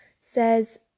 says